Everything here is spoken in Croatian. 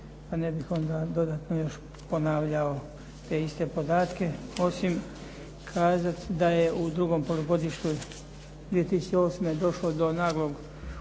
pa ne bih onda dodatno još ponavljao te iste podatke osim kazati da je u drugom polugodištu 2008. došlo do naglog